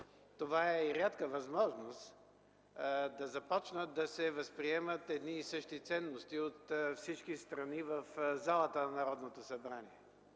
Това е и рядка възможност – да започнат да се възприемат едни и същи ценности от всички страни в залата на Народното събрание.